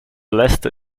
leicester